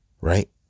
Right